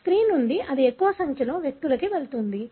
కాబట్టి స్త్రీ నుండి అది ఎక్కువ సంఖ్యలో వ్యక్తులకు వెళుతుంది